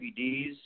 DVDs